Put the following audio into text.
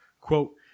Quote